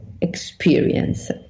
experience